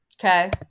Okay